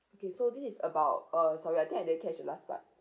okay so this is about uh